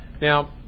now